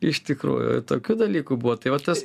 iš tikrųjų tokių dalykų buvo tai va tas